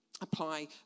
apply